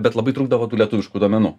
bet labai trūkdavo tų lietuviškų duomenų